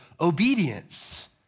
obedience